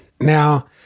Now